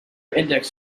index